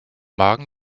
magen